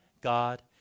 God